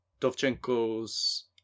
Dovchenko's